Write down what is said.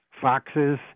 foxes